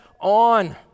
on